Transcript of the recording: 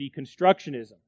deconstructionism